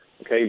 Okay